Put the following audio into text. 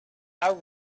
our